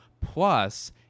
Plus